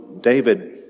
David